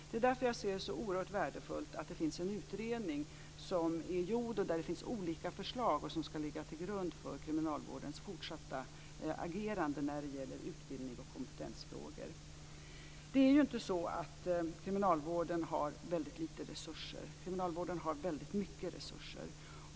Det är därför jag ser det som oerhört värdefullt att det finns en utredning som är gjord och där det finns olika förslag som ska ligga till grund för kriminalvårdens fortsatta agerande när det gäller utbildning och kompetensfrågor. Det är inte så att kriminalvården har väldigt lite resurser. Kriminalvården har väldigt mycket resurser.